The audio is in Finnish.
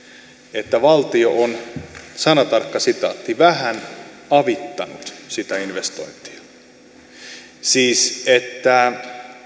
että valtio on sanatarkka sitaatti vähän avittanut sitä investointia siis että